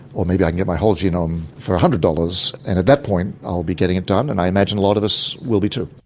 or maybe i can get my whole genome for one ah hundred dollars. and at that point i'll be getting it done and i imagine a lot of us will be too.